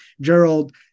Gerald